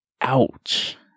Ouch